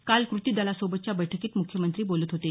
काल कृती दलासोबतच्या बैठकीत मुख्यमंत्री बोलत होते